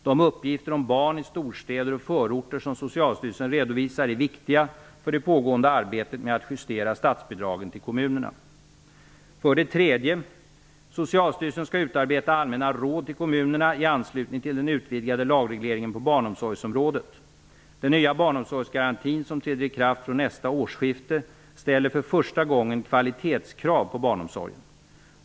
De uppgifter om barn i storstäder och förorter som Socialstyrelen redovisar är viktiga för det pågående arbetet med att justera statsbidragen till kommunerna. 3. Socialstyrelsen skall utarbeta allmänna råd till kommunerna i anslutning till den utvidgade lagregleringen på barnomsorgsområdet. Den nya barnomsorgsgarantin, som träder i kraft vid nästa årsskifte, ställer för första gången kvalitetskrav på barnomsorgen.